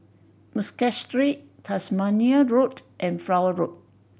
Muscat Street Tasmania Road and Flower Road